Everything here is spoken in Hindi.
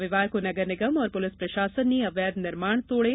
रविवार को नगर निगम और पुलिस प्रशासन ने अवैध निर्माण तोड़े